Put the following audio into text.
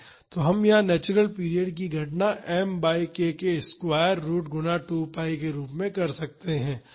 तो हम यहां नेचुरल पीरियड की गणना m बाई k के स्क्वायर रुट गुणा 2 pi के रूप में कर सकते हैं